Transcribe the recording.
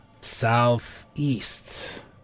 southeast